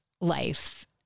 life